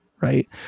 right